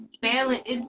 balance